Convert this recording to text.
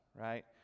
right